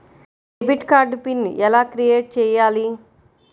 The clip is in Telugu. డెబిట్ కార్డు పిన్ ఎలా క్రిఏట్ చెయ్యాలి?